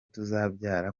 tuzabyara